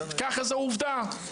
זו עובדה.